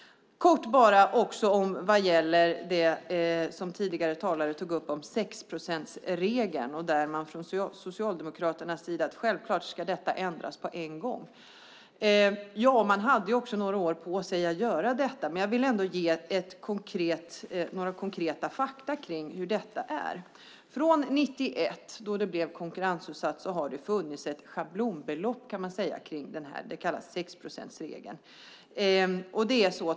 Jag ska också säga något om det som tidigare talare tog upp, nämligen sexprocentsregeln. Socialdemokraterna säger att detta självklart ska ändras på en gång. Man hade ju några år på sig att göra det. Jag vill ge några konkreta fakta om hur det är. Från 1991, då det blev konkurrensutsatt, har det funnits ett schablonbelopp som kallas sexprocentsregeln.